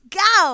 go